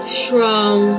strong